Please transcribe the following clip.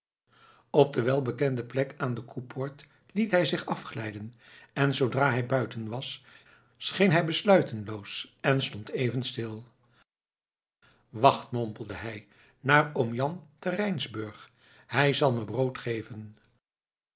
op de welbekende plek aan de koepoort liet hij zich afglijden en zoodra hij buiten was scheen hij besluiteloos en stond even stil wacht mompelde hij naar oom jan te rijnsburg hij zal me brood geven